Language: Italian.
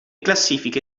classifiche